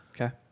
Okay